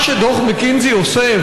מה שדוח מקינזי עושה,